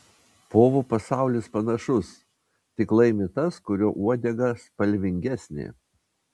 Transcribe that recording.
povų pasaulis panašus tik laimi tas kurio uodega spalvingesnė